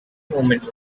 movement